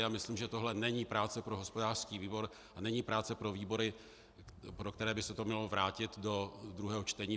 A myslím, že tohle není práce pro hospodářský výbor a není práce pro výbory, pro které by se to mělo vrátit do druhého čtení.